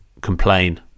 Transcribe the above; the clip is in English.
complain